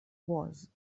was